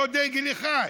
לא דגל אחד.